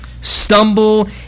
stumble